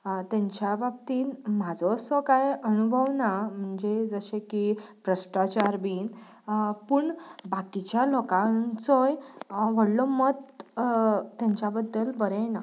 तांच्या बाबतींत म्हजो असो कांय अनुभव ना म्हणजे जशें की भ्रश्टाचार बीन पूण बाकीच्या लोकांचोय व्हडलो मत तांच्या बद्दल बरें ना